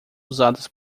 usadas